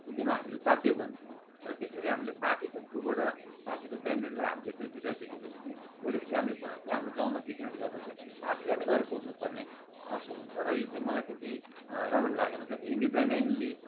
एकदमै हामीरू बाध्य बन्छौँ र त्यसरी हामीले पार्टीको थ्रुबाट पार्टीको क्यानडिडेटलाई हामीले यसरी जिताइ सकेपछि चाहिँ भोलि पर्सि हामीले कुनै पनि हाम्रो गाउँमा विकास गर्नु चाहिँ पार्टीलाई नै गएर सोध्नु पर्ने आवश्यक हुन्छ र यो चाहिँ मलाई त्यति राम्रो लागेन जति इन्डिपेन्डेन्टली